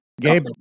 Gabe